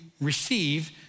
receive